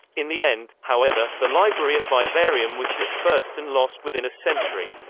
in the end, however, the library at vivarium was dispersed and lost within a century.